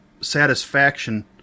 satisfaction